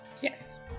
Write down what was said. Yes